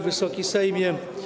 Wysoki Sejmie!